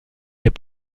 est